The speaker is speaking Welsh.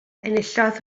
enillodd